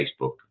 facebook